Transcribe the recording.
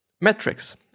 metrics